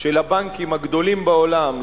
של הבנקים הגדולים בעולם,